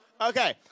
Okay